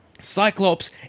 Cyclops